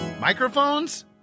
microphones